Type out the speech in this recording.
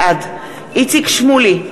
בעד איציק שמולי,